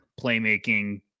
playmaking